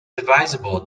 advisable